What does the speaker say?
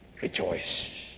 rejoice